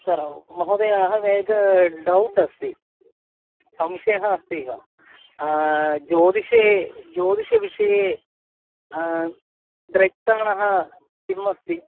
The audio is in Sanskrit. सर् महोदय अहम् एकं डौट् अस्ति संशयः अस्ति वा ज्योतिषे ज्योतिषविषये द्रष्टा कः अस्ति